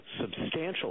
substantial